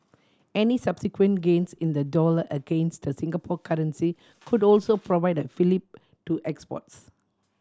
any subsequent gains in the dollar against the Singapore currency could also provide a fillip to exports